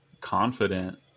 confident